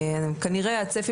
כנראה הצפי